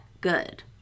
good